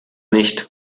nicht